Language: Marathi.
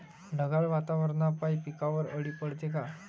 ढगाळ वातावरनापाई पिकावर अळी पडते का?